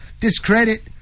Discredit